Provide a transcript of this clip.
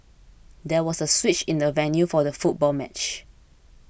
there was a switch in the venue for the football match